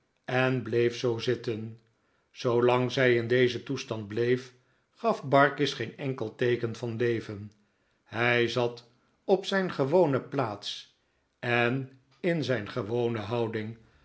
en bleef zoo zitten zoolang zij in dezen toestand bleef gaf barkis geen enkel teeken van leven hi zat op zijn gewone plaats en in zijn gewone houding